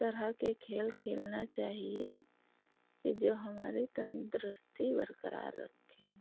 طرح کے کھیل کھیلنا چاہیے کہ جو ہماری تندرستی برقرار رکھیں